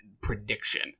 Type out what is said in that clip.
prediction